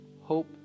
hope